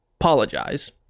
apologize